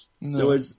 No